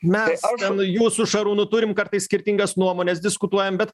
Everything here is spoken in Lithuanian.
mes ten jūs su šarūnu turim kartais skirtingas nuomones diskutuojam bet